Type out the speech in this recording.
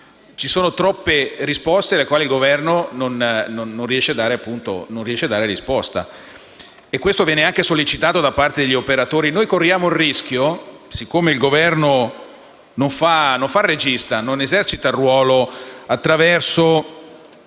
ci sono troppe questioni alle quali il Governo non riesce a dare risposta; e questo viene anche sollecitato da parte degli operatori. Noi corriamo un rischio perché il Governo non fa il regista, non esercita il suo ruolo attraverso